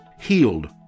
healed